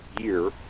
year